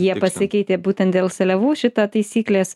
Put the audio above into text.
jie pasikeitė būtent dėl seliavų šitą taisyklės